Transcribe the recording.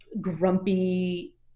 grumpy